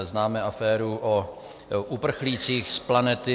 Známe aféru o uprchlících z planety